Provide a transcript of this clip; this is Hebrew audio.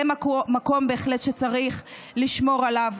זה מקום שבהחלט צריך לשמור עליו,